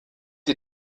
ihr